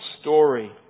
story